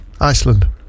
Iceland